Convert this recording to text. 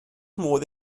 modd